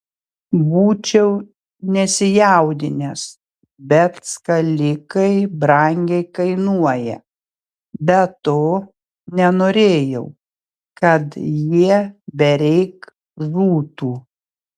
būčiau nesijaudinęs bet skalikai brangiai kainuoja be to nenorėjau kad jie bereik žūtų